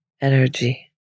energy